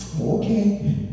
Okay